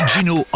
Gino